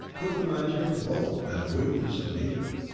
with the magic of both and the weaknesses of neither.